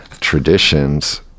traditions